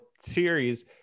Series